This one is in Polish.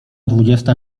dwudziesta